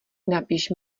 napiš